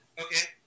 Okay